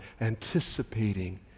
anticipating